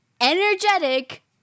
energetic